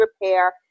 repair